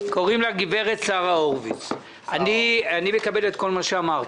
גברת הורביץ, אני מקבל את כל מה שאמרת.